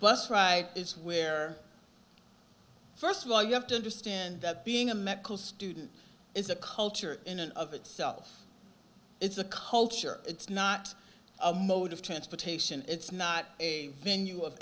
bus ride where first of all you have to understand that being a medical student is a culture in and of itself it's a culture it's not a mode of transportation it's not a venue of